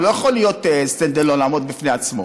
הוא לא יכול להיות stand alone, לעמוד בפני עצמו.